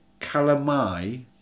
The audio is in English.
Calamai